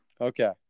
Okay